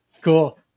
Cool